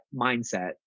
mindset